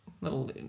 little